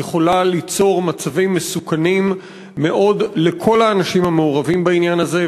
היא יכולה ליצור מצבים מסוכנים מאוד לכל האנשים המעורבים בעניין הזה.